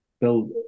build